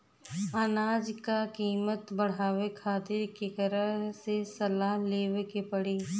अनाज क कीमत बढ़ावे खातिर केकरा से सलाह लेवे के पड़ी?